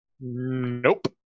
Nope